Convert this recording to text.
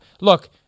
look